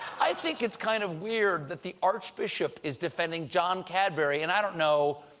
i think it's kind of weird that the archbishop is defending john cadbury and, i don't know,